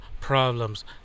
problems